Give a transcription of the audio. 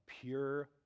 pure